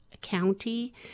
County